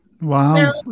Wow